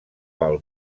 pel